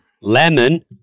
Lemon